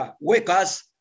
workers